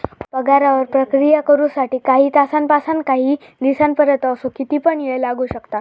पगारावर प्रक्रिया करु साठी काही तासांपासानकाही दिसांपर्यंत असो किती पण येळ लागू शकता